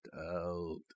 out